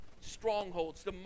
strongholds